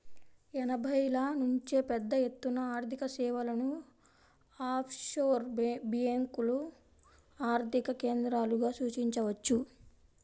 ఎనభైల నుంచే పెద్దఎత్తున ఆర్థికసేవలను ఆఫ్షోర్ బ్యేంకులు ఆర్థిక కేంద్రాలుగా సూచించవచ్చు